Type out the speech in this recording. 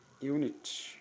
unit